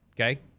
Okay